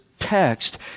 text